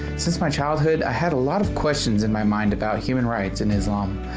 since my childhood, i had a lot of questions in my mind about human rights in islam,